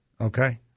Okay